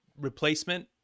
replacement